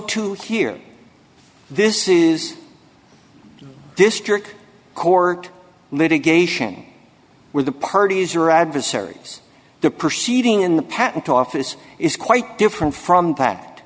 to hear this is a district court litigation where the parties are adversaries the proceeding in the patent office is quite different from that